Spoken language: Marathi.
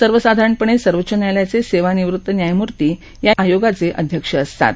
सर्वसाधारणतः सर्वोच्च न्यायालयाचे सेवानिवृत न्यायमूर्ती या आयोगाचे अध्यक्ष असतात